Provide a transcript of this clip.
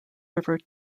river